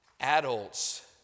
adults